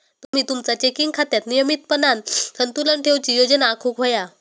तुम्ही तुमचा चेकिंग खात्यात नियमितपणान संतुलन ठेवूची योजना आखुक व्हया